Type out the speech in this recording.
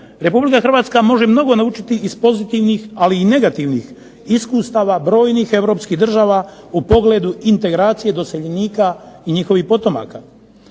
Republike Hrvatska može mnogo naučiti iz pozitivnih ali i negativnih iskustava brojnih europskih država u pogledu integracije doseljenika i njihovih potomaka.